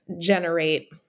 generate